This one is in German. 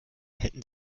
hätten